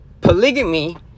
polygamy